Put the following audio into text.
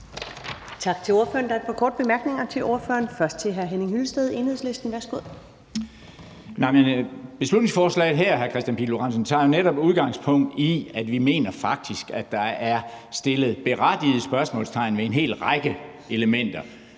Pihl Lorentzen, tager jo netop udgangspunkt i, at vi faktisk mener, at der er sat berettigede spørgsmålstegn ved en hel række elementer.